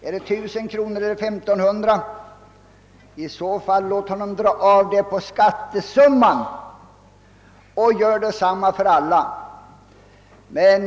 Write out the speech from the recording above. är det 1000 kronor eller 1500 kronor? Låt honom i så fall dra av det på skattesumman och låt alla göra detsamma!